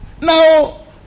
now